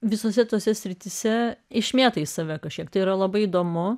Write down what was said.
visose tose srityse išmėtai save kažkiek tai yra labai įdomu